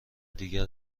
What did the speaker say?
دیگر